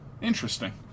Interesting